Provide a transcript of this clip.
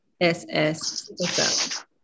SS